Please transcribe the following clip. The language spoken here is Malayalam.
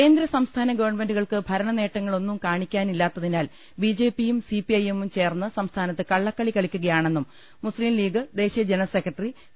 കേന്ദ്ര സംസ്ഥാന ഗവൺമെൻ്റുകൾക്ക് ഭരണനേട്ടങ്ങളൊന്നും കാണിക്കാനില്ലാത്തതിനാൽ ബി ജെ പിയും സി പി ഐ എമ്മും ചേർന്ന് സംസ്ഥാനത്ത് കള്ളക്കളി കളിക്കുകയാണെന്ന് മുസ്തിം ലീഗ് ദേശീയ ജന റൽ സെക്രട്ടറി പി